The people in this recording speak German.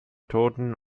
toten